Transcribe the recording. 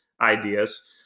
ideas